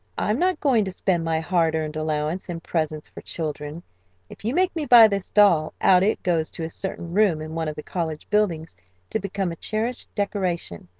i'm not going to spend my hard earned allowance in presents for children if you make me buy this doll, out it goes to a certain room in one of the college buildings to become a cherished decoration,